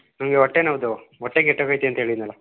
ನಮಗೆ ಹೊಟ್ಟೆನೋವ್ದು ಹೊಟ್ಟೆ ಕೆಟ್ಟೋಗೈತೆ ಅಂತ ಹೇಳಿದ್ನಲ್ಲ